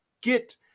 get